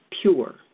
pure